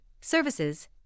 services